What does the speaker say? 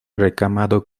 recamado